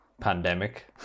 pandemic